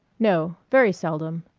no, very seldom.